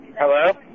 Hello